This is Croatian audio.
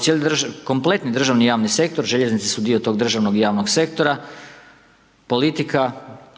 cijeli kompletni državni javni sektor, željeznice su dio tog državnog i javnog sektora, politika